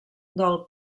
del